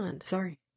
Sorry